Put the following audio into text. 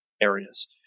areas